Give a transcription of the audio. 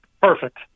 perfect